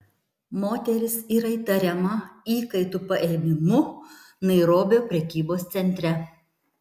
moteris yra įtariama įkaitų paėmimu nairobio prekybos centre